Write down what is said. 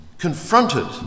Confronted